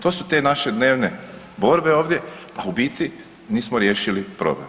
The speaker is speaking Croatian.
To su te naše dnevne borbe ovdje, a u biti nismo riješili problem.